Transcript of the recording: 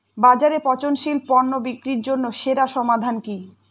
বাজারে পচনশীল পণ্য বিক্রির জন্য সেরা সমাধান কি?